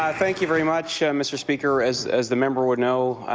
um thank you very much, mr. speaker. as as the member would know,